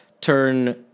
turn